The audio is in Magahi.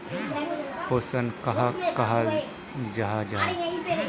पोषण कहाक कहाल जाहा जाहा?